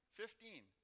fifteen